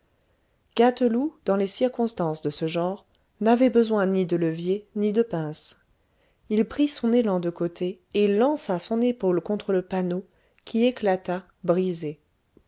gâteloup dans les circonstances de ce genre n'avait besoin ni de levier ni de pince il prit son élan de côté et lança son épaule contre le panneau qui éclata brisé